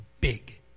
big